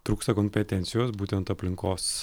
trūksta kompetencijos būtent aplinkos